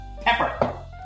Pepper